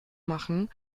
machen